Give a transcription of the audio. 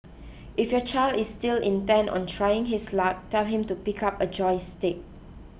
if your child is still intent on trying his luck tell him to pick up a joystick